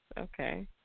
Okay